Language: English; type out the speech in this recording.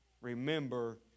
remember